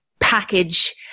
package